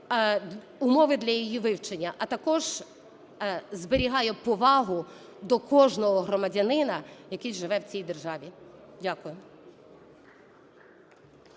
умови для її вивчення, а також зберігає повагу до кожного громадянина, який живе в цій державі. Дякую.